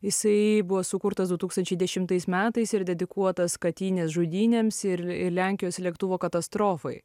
jisai buvo sukurtas du tūkstančiai dešimtais metais ir dedikuotas katynės žudynėms ir lenkijos lėktuvo katastrofai